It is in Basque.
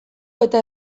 eta